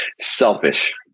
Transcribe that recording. selfish